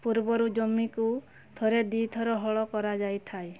ପୂର୍ବରୁ ଜମିକୁ ଥରେ ଦୁଇଥର ହଳ କରାଯାଇଥାଏ